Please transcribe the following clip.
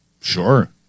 Sure